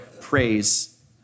praise